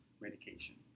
medication